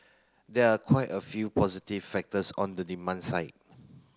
there are quite a few positive factors on the demand side